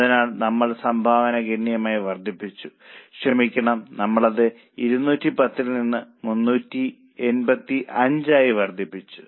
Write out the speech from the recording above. അതിനാൽ നമ്മൾ സംഭാവന ഗണ്യമായി വർദ്ധിപ്പിച്ചു ക്ഷമിക്കണം നമ്മൾ അത് 210 ൽ നിന്ന് 385 ആയി വർദ്ധിപ്പിച്ചു